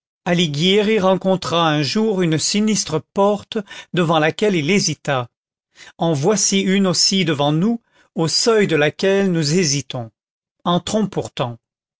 alighieri rencontra un jour une sinistre porte devant laquelle il hésita en voici une aussi devant nous au seuil de laquelle nous hésitons entrons pourtant